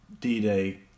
D-Day